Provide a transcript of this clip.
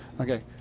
okay